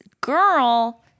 girl